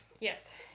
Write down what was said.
yes